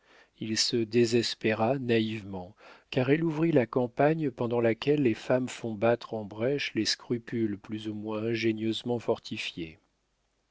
il se désespéra naïvement car elle ouvrit la campagne pendant laquelle les femmes font battre en brèche des scrupules plus ou moins ingénieusement fortifiés